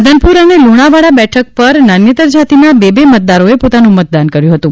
રાધનપુર અને લુણાવાડા બેઠક ઉપર નાન્યેતર જાતિના બે બે મતદારોએ પોતાનું મતદાન કર્યુ હતું